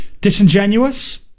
Disingenuous